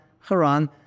Haran